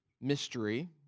mystery